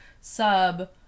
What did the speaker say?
sub